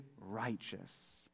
righteous